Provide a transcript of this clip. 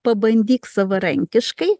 pabandyk savarankiškai